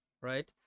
Right